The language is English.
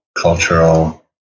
Cultural